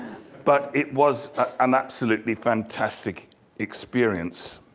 but it was an absolutely fantastic experience.